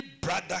brother